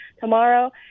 tomorrow